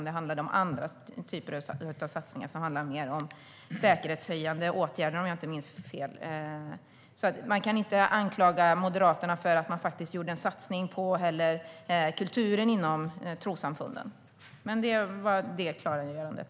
Det var andra typer av satsningar som handlade mer om säkerhetshöjande åtgärder, om jag inte minns fel. Man kan inte anklaga Moderaterna för att de gjorde en satsning kulturen inom trossamfunden. Jag vill bara göra det klargörandet.